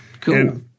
cool